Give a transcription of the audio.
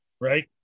Right